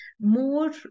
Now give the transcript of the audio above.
more